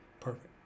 perfect